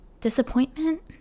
Disappointment